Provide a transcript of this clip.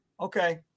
okay